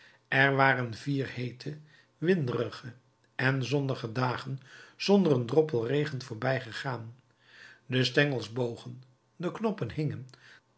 er waren vier heete winderige en zonnige dagen zonder een droppel regen voorbijgegaan de stengels bogen de knoppen hingen